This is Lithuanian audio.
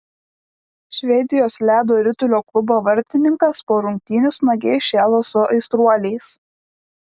švedijos ledo ritulio klubo vartininkas po rungtynių smagiai šėlo su aistruoliais